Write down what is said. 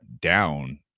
down